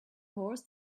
horse